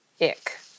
ick